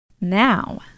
Now